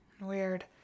Weird